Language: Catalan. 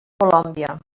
colòmbia